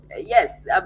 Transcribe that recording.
yes